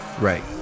Right